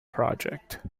project